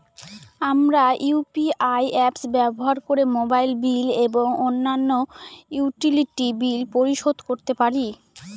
আমরা UPI apps ব্যবহার করে মোবাইল বিল এবং অন্যান্য ইউটিলিটি বিল পরিশোধ করতে পারি